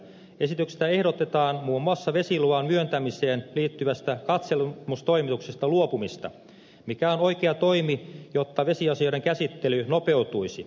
esityksessä ehdotetaan muun muassa vesiluvan myöntämiseen liittyvästä katselmustoimituksesta luopumista mikä on oikea toimi jotta vesiasioiden käsittely nopeutuisi